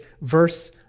verse